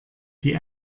die